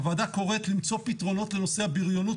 הוועדה קוראת למצוא פתרונות לנושא הבריונות